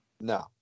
No